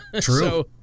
True